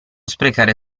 sprecare